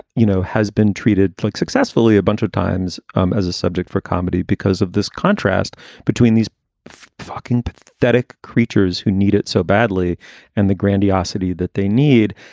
you know, has been treated like successfully a bunch of times um as a subject for comedy because of this contrast between these fucking pathetic creatures who need it so badly and the grandiosity that they need.